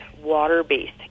water-based